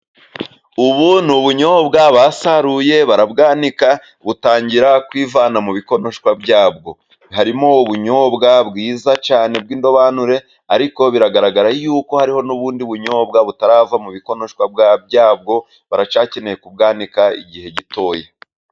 Ubu ni ubunyobwa basaruye, barabwanika, butangira kwivana mu bikonoshwa byabwo. Harimo ubunyobwa bwiza cyane bw'indobanure, ariko biragaragara yuko hariho n'ubundi bunyobwa, butari bwava mu bikonoshwa byabwo, baracyakeneye kubwanika igihe gitoya.